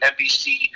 NBC